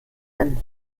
ein